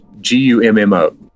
G-U-M-M-O